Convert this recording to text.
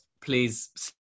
please